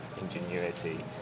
ingenuity